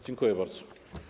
Dziękuję bardzo.